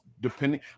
depending